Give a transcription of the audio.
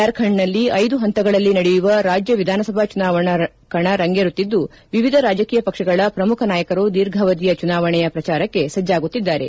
ಜಾರ್ಖಂಡ್ನಲ್ಲಿ ಐದು ಹಂತಗಳಲ್ಲಿ ನಡೆಯುವ ರಾಜ್ಞ ವಿಧಾನಸಭಾ ಚುನಾವಣಾ ಕಣ ರಂಗೇರುತ್ತಿದ್ಲು ವಿವಿಧ ರಾಜಕೀಯ ಪಕ್ಷಗಳ ಪ್ರಮುಖ ನಾಯಕರು ದೀರ್ಘಾವಧಿಯ ಚುನಾವಣೆಯ ಪ್ರಚಾರಕ್ಕೆ ಸಜ್ನಾಗುತ್ತಿದ್ದಾರೆ